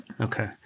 Okay